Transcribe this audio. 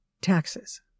taxes